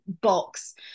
box